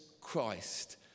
Christ